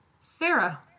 sarah